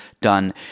done